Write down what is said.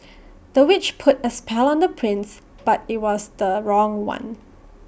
the witch put A spell on the prince but IT was the wrong one